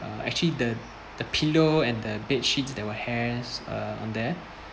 uh actually the the pillow and the bedsheet there were hairs uh and there